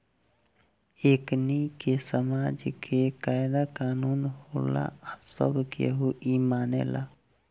एकनि के समाज के कायदा कानून होला आ सब केहू इ मानेला